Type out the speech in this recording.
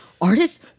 artists